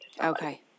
Okay